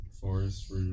Forest